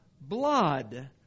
blood